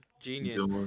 genius